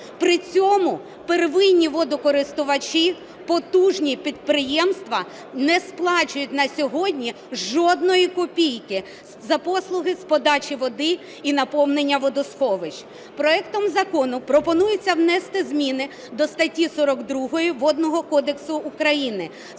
При цьому первинні водокористувачі – потужні підприємства не сплачують на сьогодні жодної копійки за послуги з подачі води і наповнення водосховищ. Проектом закону пропонується внести зміни до статті 42 Водного кодексу України в